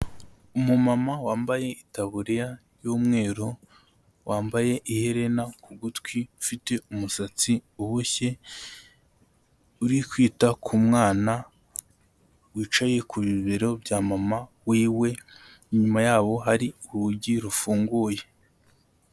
Umumama wambaye itaburiya y'umweru, wambaye iherena ku gutwi, ufite umusatsi uboshye, uri kwita ku mwana wicaye ku bibero bya mama wiwe, inyuma yaho hari urugi rufunguye.